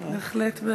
בהחלט.